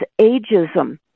ageism